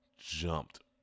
jumped